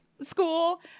school